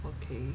oh okay